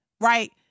Right